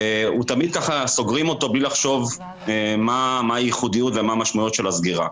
ותמיד ככה סוגרים אותו בלי לחשוב מה הייחודיות ומה המשמעות של הסגירה.